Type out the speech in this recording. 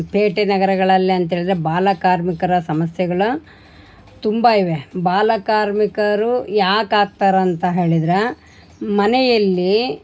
ಪೇಟೆ ನಗರಗಳಲ್ಲಿ ಅಂತೇಳಿದರೆ ಬಾಲಕಾರ್ಮಿಕರ ಸಮಸ್ಯೆಗಳು ತುಂಬ ಇವೆ ಬಾಲಕಾರ್ಮಿಕರು ಯಾಕೆ ಆಗ್ತಾರೆ ಅಂತ ಹೇಳಿದರೆ ಮನೆಯಲ್ಲಿ